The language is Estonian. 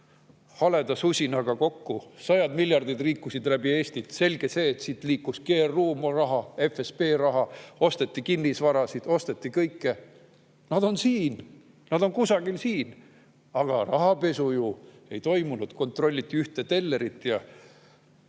haleda susinaga kokku. Sajad miljardid liikusid läbi Eesti. Selge see, et siit liikus läbi GRU raha, FSB raha, osteti kinnisvara, osteti kõike. Nad on siin, nad on kusagil siin! Aga rahapesu ju ei toimunud, kontrolliti ühte tellerit ja